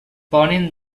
ponen